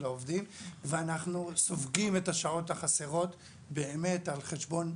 העובדים ואנחנו סופגים את השעות החסרות באמת על חשבון,